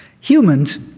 Humans